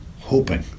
hoping